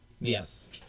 yes